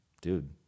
dude